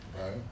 Right